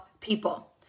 people